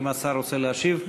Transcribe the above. האם השר רוצה להשיב?